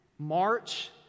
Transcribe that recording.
March